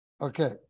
Okay